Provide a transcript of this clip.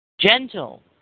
Gentle